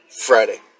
Friday